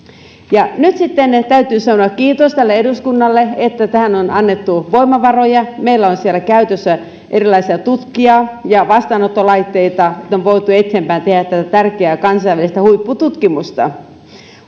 nyt sitten täytyy sanoa kiitos tälle eduskunnalle että tähän on annettu voimavaroja meillä on siellä käytössä erilaisia tutkia ja vastaanottolaitteita että on voitu eteenpäin tehdä tätä tärkeää kansainvälistä huippututkimusta